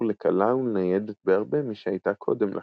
לקלה ולניידת בהרבה משהייתה קודם לכן.